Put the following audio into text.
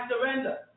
surrender